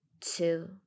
two